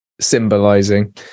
symbolizing